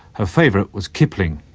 her favourite was kipling.